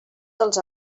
dels